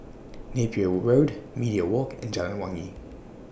Napier Road Media Walk and Jalan Wangi